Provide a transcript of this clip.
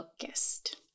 focused